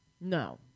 no